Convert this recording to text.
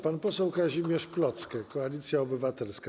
Pan poseł Kazimierz Plocke, Koalicja Obywatelska.